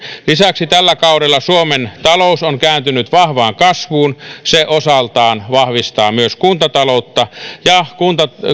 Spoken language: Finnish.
verrattuna lisäksi tällä kaudella suomen talous on kääntynyt vahvaan kasvuun se osaltaan vahvistaa myös kuntataloutta ja